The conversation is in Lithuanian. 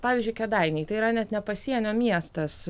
pavyzdžiui kėdainiai tai yra net ne pasienio miestas